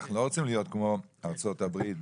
אנחנו לא רוצים להיות כמו ארצות הברית,